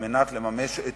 כדי לממש את